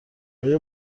آیا